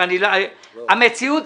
אני קיימתי